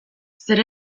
zer